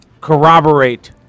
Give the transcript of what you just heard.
Corroborate